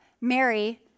Mary